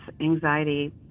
anxiety